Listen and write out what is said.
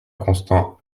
constant